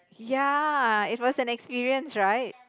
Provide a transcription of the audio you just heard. ya it was an experience right